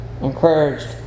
encouraged